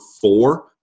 four